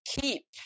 keep